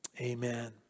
Amen